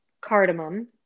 cardamom